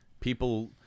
People